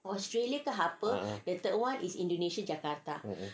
ah